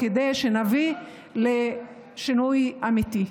כדי שנביא לשינוי אמיתי.